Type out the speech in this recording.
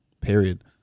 Period